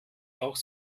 auch